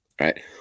Right